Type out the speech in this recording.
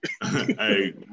Hey